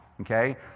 Okay